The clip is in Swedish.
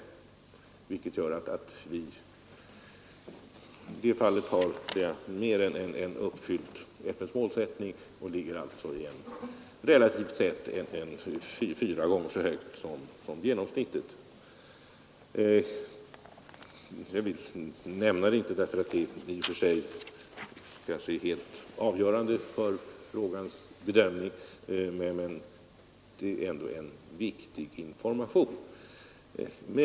Om vi skall vara nöjda med detta kan man ju diskutera, men vi har i detta fall mer än uppfyllt FN s målsättning och ligger relativt sett fyra gånger så högt som genomsnittet. Att jag nämner detta betyder inte att det i och för sig är helt avgörande för frågans bedömning, men det är ändå en viktig information.